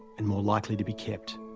and more likely to be kept.